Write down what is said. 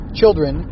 children